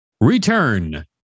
Return